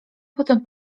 potem